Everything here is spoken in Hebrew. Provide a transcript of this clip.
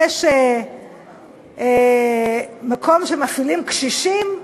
יש מקום שמפעילים קשישים,